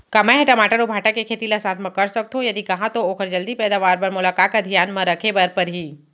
का मै ह टमाटर अऊ भांटा के खेती ला साथ मा कर सकथो, यदि कहाँ तो ओखर जलदी पैदावार बर मोला का का धियान मा रखे बर परही?